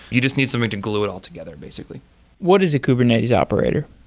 you just need something to glue it all together, basically what is a kubernetes operator?